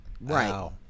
Right